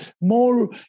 more